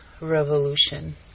revolution